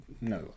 no